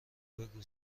بگو